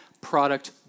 product